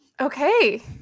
Okay